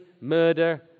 murder